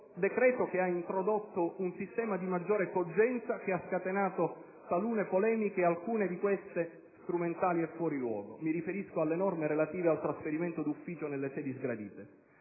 decreto ha introdotto un sistema di maggiore cogenza, che ha scatenato talune polemiche, alcune delle quali strumentali e fuori luogo. Mi riferisco alle norme relative al trasferimento d'ufficio nelle sedi sgradite.